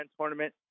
tournament